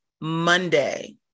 Monday